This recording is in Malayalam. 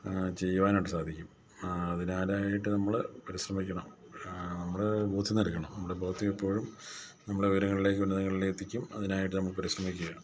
ചെയ്യുവാനായിട്ട് സാധിക്കും അതിനാലായിട്ട് നമ്മൾ പരിശ്രമിക്കണം നമ്മൾ ബൂത്തിൽ നൽകണം നമ്മുടെ ബൂത്തിപ്പോഴും നമ്മുടെ വിരങ്ങളിലേക്ക് ഉന്നതങ്ങളിലേക്കെത്തിക്കും അതിനായിട്ട് നമ്മൾ പരിശ്രമിക്കണം